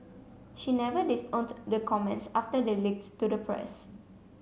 she never disowned the comments after they leaked to the press